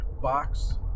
box